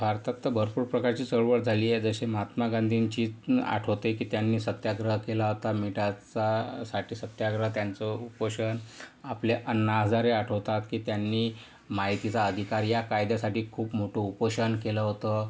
भारतात तर भरपूर प्रकारची चळवळ झाली आहे जसे महात्मा गांधींची आठवते की त्यांनी सत्याग्रह केला होता मिठाचासाठी सत्याग्रह त्यांचं उपोषण आपले अण्णा हजारे आठवतात की त्यांनी माहितीचा अधिकार या कायद्यासाठी खूप मोठं उपोषण केलं होतं